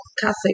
Catholic